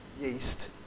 yeast